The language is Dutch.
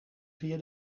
via